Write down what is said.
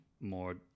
more